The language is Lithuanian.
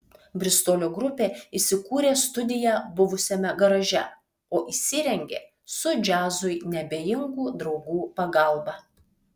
bristolio grupė įsikūrė studiją buvusiame garaže o įsirengė su džiazui neabejingų draugų pagalba